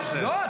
לא,